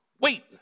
Wait